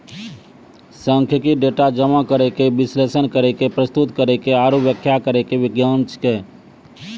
सांख्यिकी, डेटा जमा करै के, विश्लेषण करै के, प्रस्तुत करै के आरु व्याख्या करै के विज्ञान छै